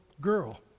girl